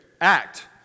Act